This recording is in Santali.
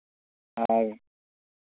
ᱟᱨ